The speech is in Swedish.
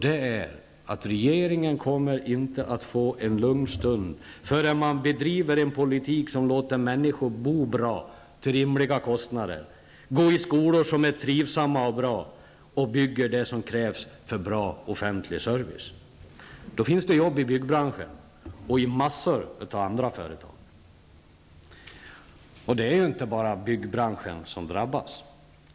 Det är att regeringen inte kommer att få en lugn stund förrän man bedriver en politik som låter människor bo bra till rimliga kostnader, gå i skolor som är trivsamma och bra och bygger det som krävs för bra offentlig service. Då finns det jobb i byggbranschen och i en mängd andra företag. Det är inte bara byggbranschen som drabbas.